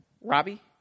Robbie